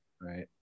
right